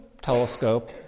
telescope